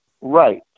Right